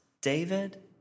David